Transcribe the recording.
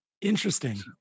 Interesting